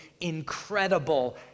incredible